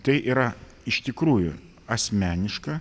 tai yra iš tikrųjų asmeniška